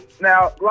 Now